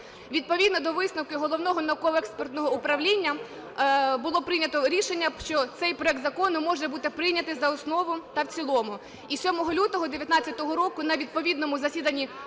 Відповідно до висновків Головного науково-експертного управління було прийнято рішення, що цей проект закону може бути прийнятий за основу та в цілому. І 7 лютого 19-го року на відповідному засіданні